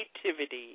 Creativity